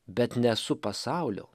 bet nesu pasaulio